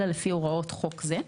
אלא לפי הוראות חוק זה.